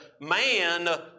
Man